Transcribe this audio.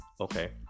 okay